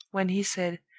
when he said,